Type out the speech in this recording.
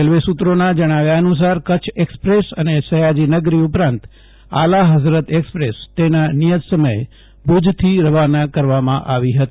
railway સુત્રોના જણાવ્યા અનુસાર કચ્છ એકસપ્રેસ અને સયાજી નગરી ઉપરાંત આલા હઝરત એકસપ્રેસ તેના નિયત સમયે ભુજથી રવાના કરવામાં આવી હતી